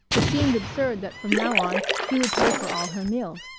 it seemed absurd that from now on he would pay for all her meals.